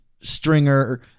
stringer